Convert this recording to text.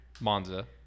Monza